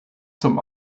zum